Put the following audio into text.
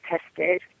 tested